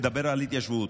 תדבר על התיישבות.